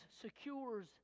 secures